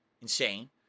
Insane